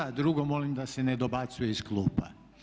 A drugo molim da se ne dobacuje iz klupa.